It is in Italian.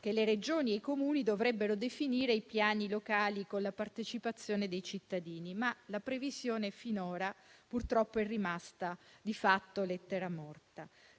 che le Regioni e i Comuni debbano definire i piani locali con la partecipazione dei cittadini, ma la previsione finora, purtroppo, è rimasta di fatto lettera morta.